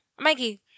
Mikey